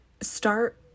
start